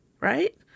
right